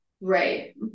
Right